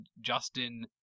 Justin